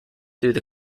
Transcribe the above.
through